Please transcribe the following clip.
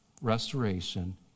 restoration